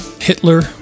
Hitler